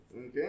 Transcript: Okay